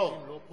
קריאה ראשונה.